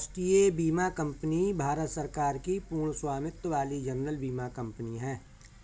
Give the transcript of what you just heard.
राष्ट्रीय बीमा कंपनी भारत सरकार की पूर्ण स्वामित्व वाली जनरल बीमा कंपनी है